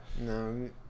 No